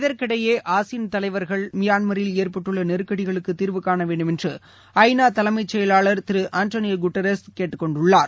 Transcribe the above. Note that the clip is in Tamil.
இதற்கிடையே ஏசியான் தலைவர்கள் மியான்மரில் ஏற்பட்டுள்ள நெருக்கடிகளுக்கு தீர்வு காண வேண்டுமென்று ஐ நா தலைமைச்செயவர் திரு அந்தோனி கொட்டோரியா கேட்டுக்கொண்டுள்ளார்